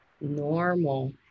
normal